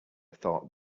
thought